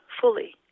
fully